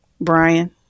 Brian